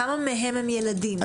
כמה מהם הם ילדים?